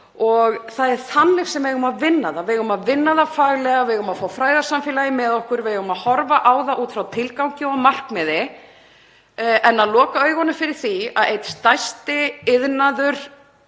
og það er þannig sem við eigum að vinna þetta. Við eigum að vinna þetta faglega og við eigum að fá fræðasamfélagið með okkur. Við eigum að horfa á það út frá tilgangi og markmiði en ekki að loka augunum fyrir því og halda að einn stærsti iðnaður